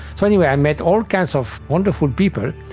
so anyway, i met all kinds of wonderful people,